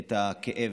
את הכאב.